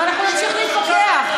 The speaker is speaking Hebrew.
ואנחנו נמשיך להתווכח.